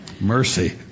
Mercy